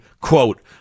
Quote